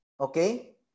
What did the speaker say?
Okay